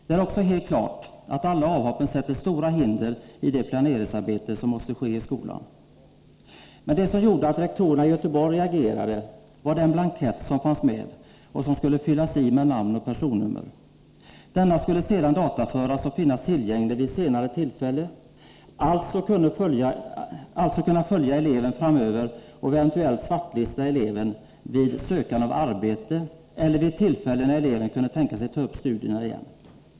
Det är också helt klart att de många avhoppen lägger stora hinder i vägen för det planeringsarbete som måste bedrivas i skolan. Men det som gjorde att rektorerna i Göteborg reagerade var den blankett som fanns med och som skulle fyllas i med namn och personnummer. Den skulle sedan dataföras och finnas tillgänglig vid senare tillfällen. Den skulle alltså kunna följa eleven framöver och eventuellt verka som en svartlistning av eleven vid sökande av arbete eller vid tillfällen när eleven kunde tänka sig att ta upp studierna igen.